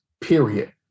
period